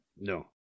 No